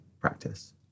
practice